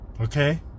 Okay